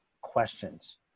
questions